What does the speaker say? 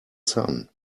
sun